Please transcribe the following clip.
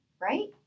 right